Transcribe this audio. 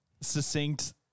succinct